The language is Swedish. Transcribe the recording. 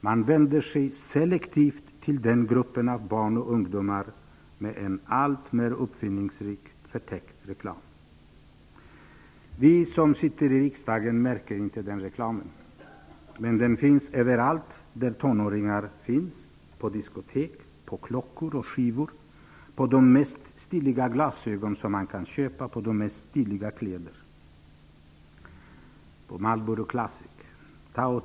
De vänder sig selektivt till den gruppen av barn och ungdomar med en alltmer uppfinningsrik, förtäckt reklam. Vi som sitter i riksdagen märker inte den reklamen. Men den finns överallt där tonåringar finns -- på diskotek, klockor, skivor, på de mest stiliga glasögon som man kan köpa och på de mest stiliga kläder såsom Marlboro Classic.